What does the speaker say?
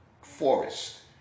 forest